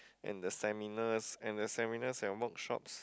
and there's seminars and the seminars and workshops